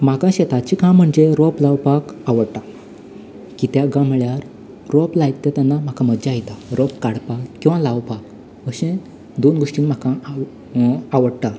म्हाका शेताचें काम म्हणजे रोंप लावपाक आवडटा कित्याक काय म्हणल्या रोंप लायता तेन्ना म्हाका मजा येता रोंप काडपाक किंवा लावपाक अशें दोन गोश्टी म्हाका आवडटा